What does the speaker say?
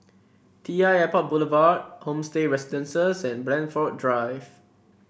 T I Airport Boulevard Homestay Residences and Blandford Drive